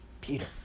Peter